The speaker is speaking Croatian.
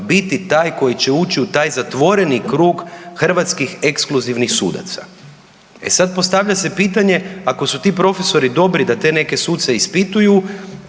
biti taj koji će ući u taj zatvoreni krug hrvatskih ekskluzivnih sudaca. E sad, postavlja se pitanje, ako su ti profesori dobri da te neke suce ispituju,